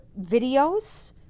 videos